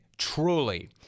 Truly